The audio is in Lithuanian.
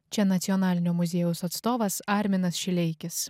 čia nacionalinio muziejaus atstovas arminas šileikis